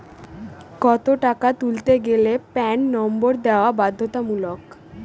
কত টাকা তুলতে গেলে প্যান নম্বর দেওয়া বাধ্যতামূলক?